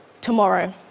tomorrow